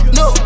no